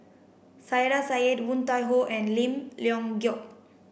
Saiedah Woon Tai Ho and Lim Leong Geok